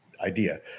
idea